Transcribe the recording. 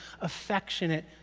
affectionate